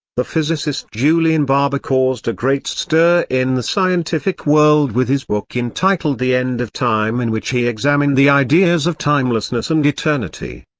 the physicist julian barbour caused a great stir in the scientific world with his book entitled the end of time in which he examined the ideas of timelessness and eternity.